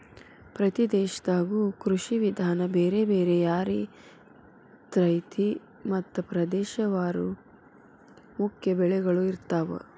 ಪ್ರತಿ ದೇಶದಾಗು ಕೃಷಿ ವಿಧಾನ ಬೇರೆ ಬೇರೆ ಯಾರಿರ್ತೈತಿ ಮತ್ತ ಪ್ರದೇಶವಾರು ಮುಖ್ಯ ಬೆಳಗಳು ಇರ್ತಾವ